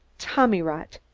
tommyrot!